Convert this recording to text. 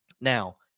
Now